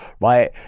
right